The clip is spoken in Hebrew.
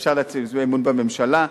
אפשר להצביע אמון בממשלה.